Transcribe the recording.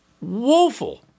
woeful